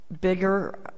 bigger